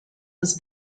was